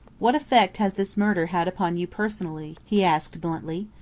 what effect has this murder had upon you personally? he asked bluntly.